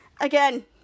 again